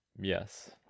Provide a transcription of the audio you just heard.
Yes